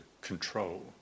control